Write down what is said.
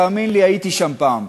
תאמין לי, הייתי שם פעם.